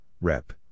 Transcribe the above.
Rep